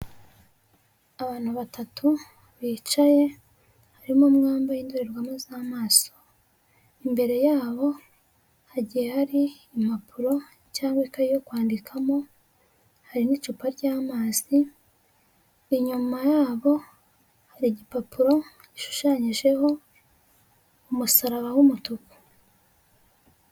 Abantu batatu bicaye harimo umwe wambaye indorerwamo z'amaso, imbere yabo hagiye hari impapuro cyangwa ikayi yo kwandikamo, hari n'icupa ry'amazi, inyuma yabo hari igipapuro gishushanyijeho umusaraba w'umutuku.